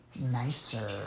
nicer